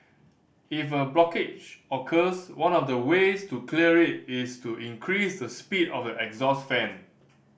if a blockage occurs one of the ways to clear it is to increase the speed of the exhaust fan